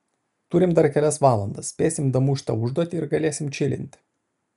turim dar kelias valandas spėsim damušt tą užduotį ir galėsim čilint